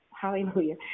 hallelujah